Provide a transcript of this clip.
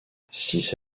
six